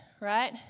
right